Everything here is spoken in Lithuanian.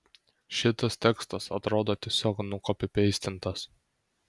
šitas tekstas atrodo tiesiog nukopipeistintas